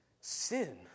Sin